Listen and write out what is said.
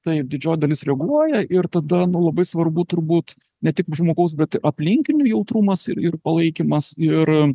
taip didžioji dalis reaguoja ir tada nu labai svarbu turbūt ne tik žmogaus bet aplinkinių jautrumas ir ir palaikymas ir